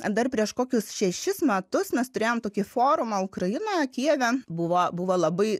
dar prieš kokius šešis metus mes turėjom tokį forumą ukrainoje kijeve buvo buvo labai